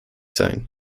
sein